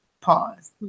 Pause